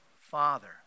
Father